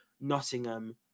Nottingham